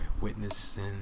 witnessing